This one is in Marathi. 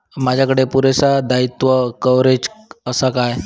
माजाकडे पुरासा दाईत्वा कव्हारेज असा काय?